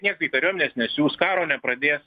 nieko į kariuomenes nesiųs karo nepradės